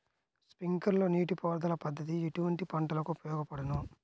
Sprinkler నీటిపారుదల పద్దతి ఎటువంటి పంటలకు ఉపయోగపడును?